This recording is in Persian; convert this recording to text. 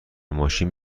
ماشین